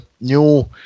new